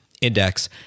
Index